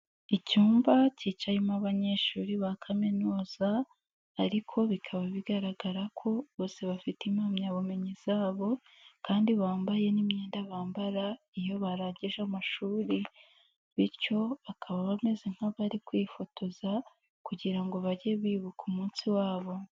Icyumba kicayemo abanyeshuri ba kaminuza ariko bikaba bigaragara ko bose bafite impamyabumenyi zabo kandi bambaye n'imyenda bambara iyo barangije amashuri bityo bakaba bameze nk'abari kwifotoza kugira ngo bajye bibuka umunsi wabo.